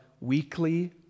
weekly